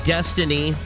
Destiny